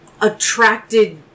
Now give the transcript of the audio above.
attracted